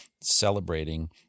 celebrating